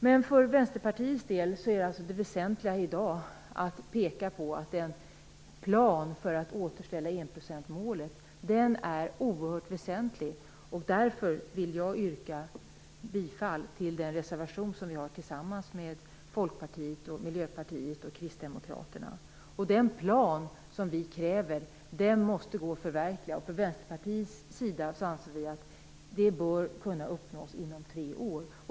Men för Vänsterpartiets del är det väsentliga i dag att peka på att en plan för att återställa enprocentsmålet är oerhört väsentlig, och därför vill jag yrka bifall till den reservation som vi har tillsammans med Folkpartiet, Miljöpartiet och Kristdemokraterna. Den plan som vi kräver måste gå att förverkliga. Från Vänsterpartiets sida anser vi att målet bör kunna uppnås inom tre år.